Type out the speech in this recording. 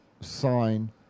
sign